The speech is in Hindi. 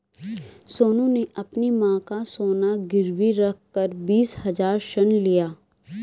सोनू ने अपनी मां का सोना गिरवी रखकर बीस हजार ऋण लिया